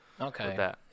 Okay